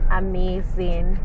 amazing